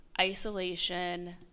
isolation